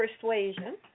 persuasion